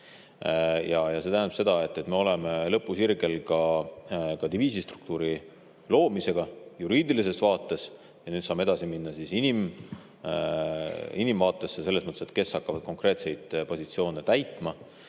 See tähendab seda, et me oleme lõpusirgel ka diviisistruktuuri loomisega juriidilises vaates ja nüüd saame edasi minna inimvaatesse – selles mõttes, et kes hakkavad konkreetseid positsioone täitma.